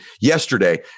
Yesterday